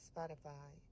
Spotify